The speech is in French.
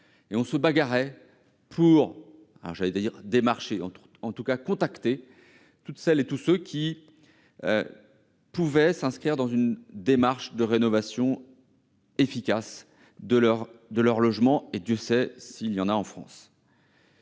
nous démenions pour contacter toutes celles et tous ceux qui pouvaient s'inscrire dans une démarche de rénovation efficace de leur logement- Dieu sait s'ils sont nombreux en France.